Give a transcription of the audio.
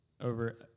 over